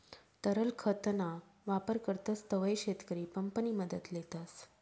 तरल खत ना वापर करतस तव्हय शेतकरी पंप नि मदत लेतस